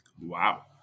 Wow